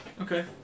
okay